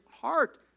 heart